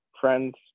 friends